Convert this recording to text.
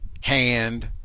hand